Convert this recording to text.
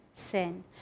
sin